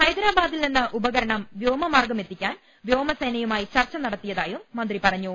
ഹൈദരാബാദിൽ നിന്ന് ഉപകരണം വ്യോമമാർഗ്ഗമെത്തിക്കാൻ വ്യോമസേനയുമായി നടത്തിയ തായും മന്ത്രി പറഞ്ഞു